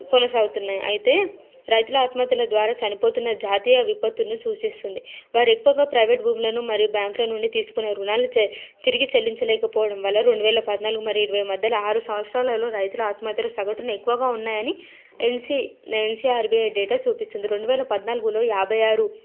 కొనసాగుతున్నాయి అయితే రైతుల ఆత్మహత్యల ద్వారా చనిపోతున్న జాతీయ విపత్తును సూచిస్తుంది వారు ఎక్కువగా ప్రైవేట్ భూములను మరియు బ్యాంకుల నుండి తీసుకునే ఋణాలను చె తిరిగి చెల్లించలేకపోవడం వల్ల రెండువేల పద్నాలుగు మరియు ఇరవై మధ్యలో ఆరు సంవత్సరాలలో రైతుల ఆత్మహత్యలు సగటున ఎక్కువగా ఉన్నాయని ఎన్సీ ఎన్సీఅర్బీఐ డేటా చూపిస్తుంది రెండువేల పద్నాలుగులో యాభైఆరు